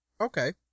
Okay